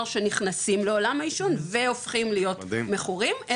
שנכנסים לעולם העישון והופכים להיות מכורים,